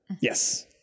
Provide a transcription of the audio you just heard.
yes